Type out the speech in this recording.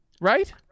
right